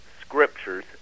scriptures